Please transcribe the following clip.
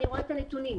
אני רואה את הנתונים.